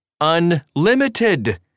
unlimited